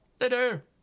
Later